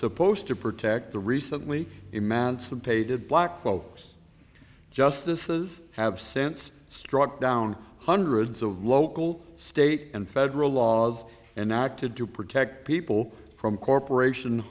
supposed to protect the recently emancipated black folks justices have since struck down hundreds of local state and federal laws and acted to protect people from corporation